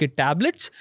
tablets